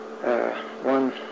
one